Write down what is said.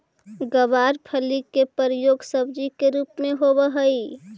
गवारफली के प्रयोग सब्जी के रूप में होवऽ हइ